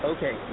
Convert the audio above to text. Okay